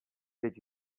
did